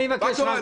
מה קורה?